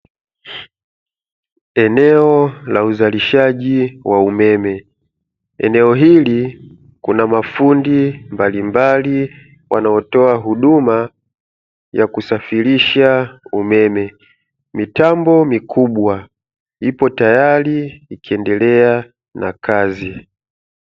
Eneo la uzalishaji wa umeme. Eneo hili kuna mafundi mbalimbali wanaotoa huduma ya kusafirisha umeme. Mitambo mikubwa ipo tayari ikiendelea na kazi.